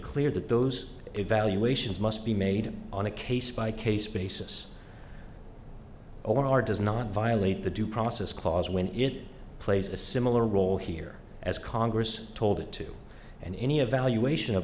clear that those evaluations must be made on a case by case basis or are does not violate the due process clause when it plays a similar role here as congress told it to and any evaluation of